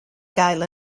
gael